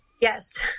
Yes